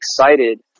excited